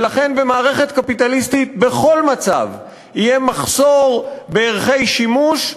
ולכן במערכת קפיטליסטית בכל מצב יהיה מחסור בערכי שימוש,